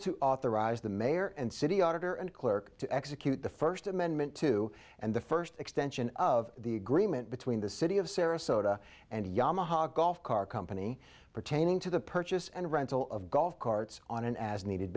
to authorize the mayor and city auditor and clerk to execute the first amendment to and the first extension of the agreement between the city of sarasota and a yamaha golf car company pertaining to the purchase and rental of golf carts on an as needed